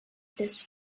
this